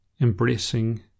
embracing